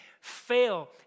fail